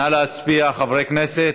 נא להצביע, חברי הכנסת.